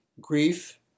grief